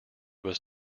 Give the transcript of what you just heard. was